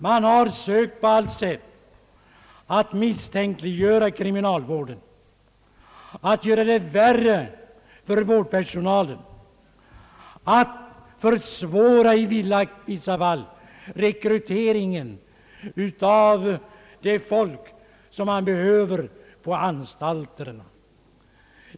Man har på allt sätt sökt misstänkliggöra kriminalvården, göra det värre för vårdpersonalen och försvårat i vissa fall rekryteringen av den personal som behövs på anstalterna.